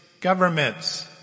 governments